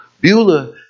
Beulah